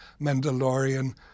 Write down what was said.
Mandalorian